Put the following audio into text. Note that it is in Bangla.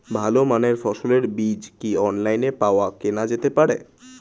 ভালো মানের ফসলের বীজ কি অনলাইনে পাওয়া কেনা যেতে পারে?